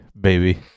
baby